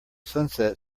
sunset